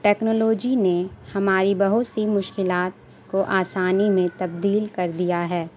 technology نے ہماری بہت سی مشکلات کو آسانی میں تبدیل کر دیا ہے